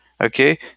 Okay